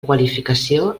qualificació